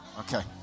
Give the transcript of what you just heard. Okay